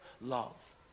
love